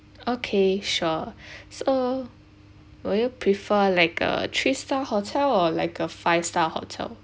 okay sure so would you prefer like a three star hotel or like a five star hotel